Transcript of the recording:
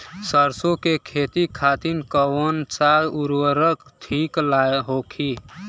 सरसो के खेती खातीन कवन सा उर्वरक थिक होखी?